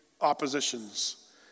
oppositions